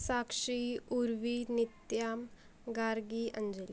Sakshi Urvi Nityam Gargi Anjali